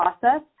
process